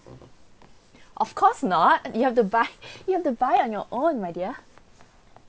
of course not you have to buy you have to buy on your own my dear